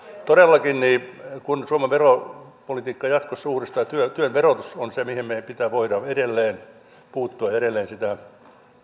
todellakin kun suomen veropolitiikkaa jatkossa uudistetaan työn työn verotus on se mihin meidän pitää voida edelleen puuttua ja edelleen sitä